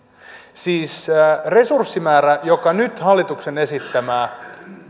siis mielestänne edes periaatteellisellakaan tasolla resurssimäärä joka oli nyt hallituksen esittämää